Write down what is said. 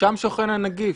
שם שוכן הנגיף,